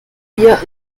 wir